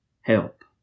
help